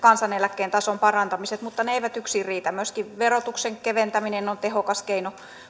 ja kansaneläkkeen tason parantamiset mutta ne eivät yksin riitä myöskin verotuksen keventäminen on tehokas keino